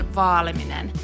vaaliminen